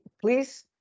please-